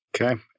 Okay